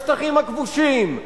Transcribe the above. בשטחים הכבושים,